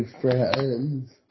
friends